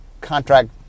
contract